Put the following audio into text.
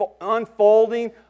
unfolding